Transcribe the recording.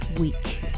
week